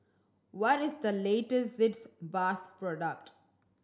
what is the latest Sitz Bath product